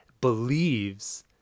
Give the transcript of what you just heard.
believes